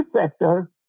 sector